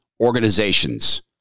organizations